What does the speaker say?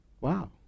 Wow